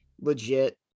legit